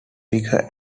figure